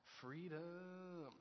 freedom